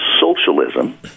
socialism